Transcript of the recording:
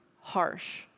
harsh